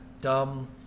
dumb